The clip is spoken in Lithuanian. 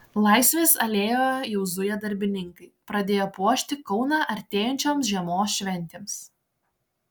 laisvės alėjoje jau zuja darbininkai pradėję puošti kauną artėjančioms žiemos šventėms